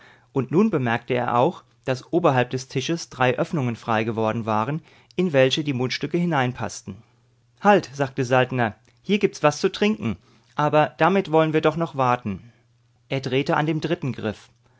und nun bemerkte er auch daß oberhalb des tisches drei öffnungen freigeworden waren in welche die mundstücke hineinpaßten halt sagte saltner hier gibt's was zu trinken aber damit wollen wir doch noch warten er drehte an dem dritten griff